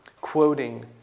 Quoting